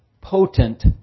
potent